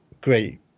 great